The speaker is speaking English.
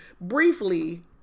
briefly